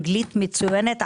אנגלית מצוינת,